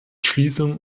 schließung